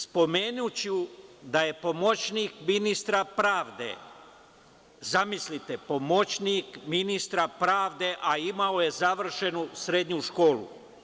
Spomenuću da je pomoćnik ministra pravde, zamislite, pomoćnik ministra pravde, a imao je završenu srednju školu.